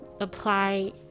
apply